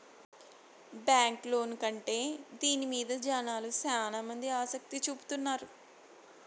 bank loan కంటే దీని మీద జనాలు శ్యానా మంది ఆసక్తి చూపుతున్నారు